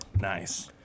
Nice